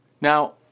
Now